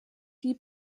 die